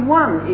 one